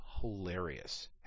hilarious